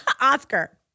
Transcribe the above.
Oscar